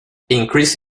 increase